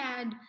add